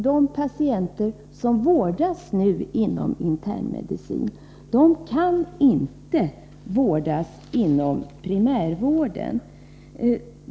De patienter som nu vårdas inom internmedicinen kan emellertid inte vårdas inom primärvården.